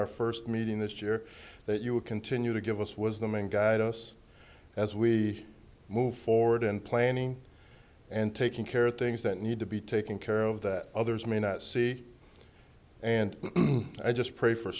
our first meeting this year that you will continue to give us was the main guide us as we move forward in planning and taking care of things that need to be taken care of that others may not see and i just pray for